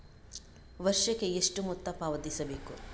ವರ್ಷಕ್ಕೆ ಎಷ್ಟು ಮೊತ್ತ ಪಾವತಿಸಬೇಕು?